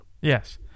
yes